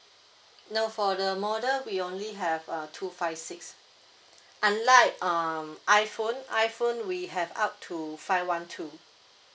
no for the model we only have err two five six unlike um iphone iphone we have up to five one two